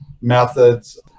Methods